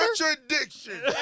contradiction